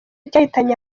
cyahitanye